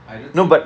I don't think